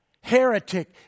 heretic